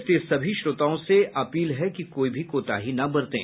इसलिए सभी श्रोताओं से अपील है कि कोई भी कोताही न बरतें